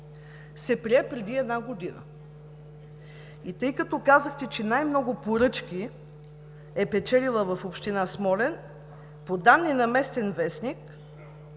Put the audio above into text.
се прие преди една година. Тъй като казахте, че най-много поръчки е печелила община Смолян, по данни на местен вестник